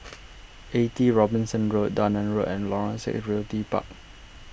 eighty Robinson Road Dunearn Road and Lorong six Realty Park